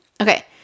Okay